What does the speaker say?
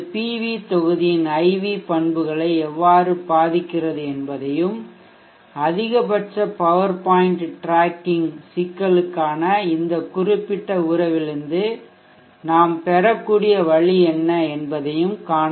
we தொகுதியின் IV பண்புகளை எவ்வாறு பாதிக்கிறது என்பதையும் அதிகபட்ச பவர் பாயிண்ட் டிராக்கிங் சிக்கலுக்காக இந்த குறிப்பிட்ட உறவிலிருந்து நாம் பெறக்கூடிய வழி என்ன என்பதையும் நாம் காண வேண்டும்